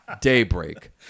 daybreak